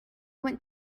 went